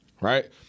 Right